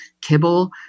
kibble